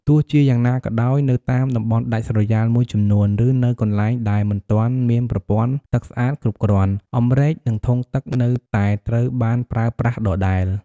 ទោះជាយ៉ាងណាក៏ដោយ នៅតាមតំបន់ដាច់ស្រយាលមួយចំនួន ឬនៅកន្លែងដែលមិនទាន់មានប្រព័ន្ធទឹកស្អាតគ្រប់គ្រាន់ អម្រែក និងធុងទឹកនៅតែត្រូវបានប្រើប្រាស់ដដែល។